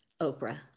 Oprah